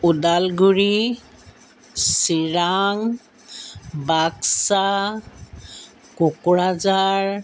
Udalguri Chirang Baksa Kokrajhar